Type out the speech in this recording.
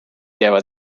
jäävad